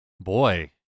Boy